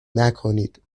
نکنید